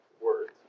words